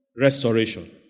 Restoration